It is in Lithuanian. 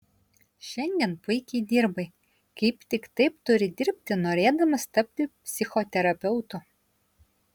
šiandien puikiai dirbai kaip tik taip turi dirbti norėdamas tapti psichoterapeutu